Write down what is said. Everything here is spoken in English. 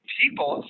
people